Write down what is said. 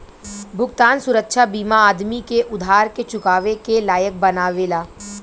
भुगतान सुरक्षा बीमा आदमी के उधार के चुकावे के लायक बनावेला